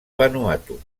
vanuatu